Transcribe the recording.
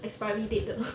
expiry date 的